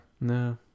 No